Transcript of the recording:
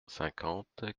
cinquante